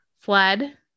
fled